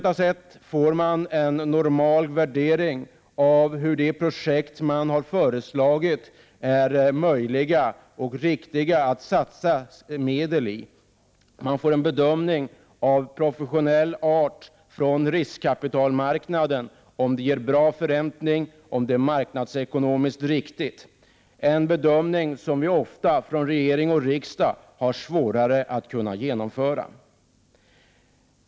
På det sättet får man en normal värdering av huruvida de projekt man har föreslagit är möjliga och riktiga att satsa medel i. Man får en bedömning av professionell art från riskkapitalmarknaden av om projektet ger bra förräntning, om det är marknadsekonomiskt riktigt, en bedömning som vi ofta från regering och riksdag har svårare att genomföra.